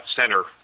center